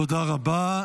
תודה רבה.